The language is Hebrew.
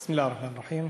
בסם אללה א-רחמאן א-רחים.